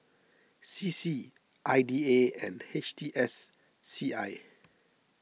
C C I D A and H T S C I